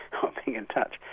or being in touch.